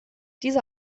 diese